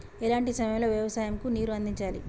ఎలాంటి సమయం లో వ్యవసాయము కు నీరు అందించాలి?